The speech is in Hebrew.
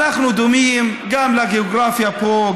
אנחנו דומים גם לגיאוגרפיה פה,